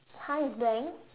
!huh! it's blank